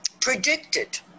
predicted